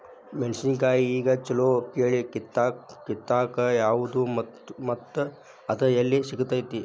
ಮೆಣಸಿನಕಾಯಿಗ ಛಲೋ ಕಳಿ ಕಿತ್ತಾಕ್ ಯಾವ್ದು ಮತ್ತ ಅದ ಎಲ್ಲಿ ಸಿಗ್ತೆತಿ?